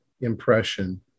impression